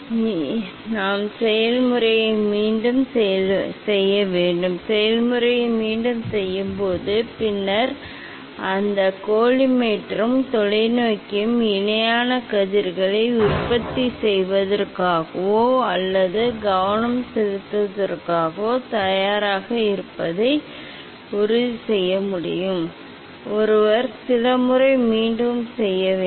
இந்த வழியில் நாம் செயல்முறையை மீண்டும் செய்ய வேண்டும் நாம் செயல்முறையை மீண்டும் செய்ய வேண்டும் பின்னர் இது நாம் இந்த செயல்முறையானது கோலிமேட்டரும் தொலைநோக்கியும் இணையான கதிர்களை உற்பத்தி செய்வதற்கோ அல்லது கவனம் செலுத்துவதற்கோ தயாராக இருப்பதை உறுதி செய்யும் ஒருவர் சில முறை மீண்டும் செய்ய வேண்டும்